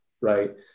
right